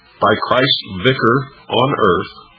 by christ vicar on earth,